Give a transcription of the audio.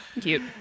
Cute